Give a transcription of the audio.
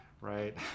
right